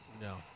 No